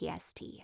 PST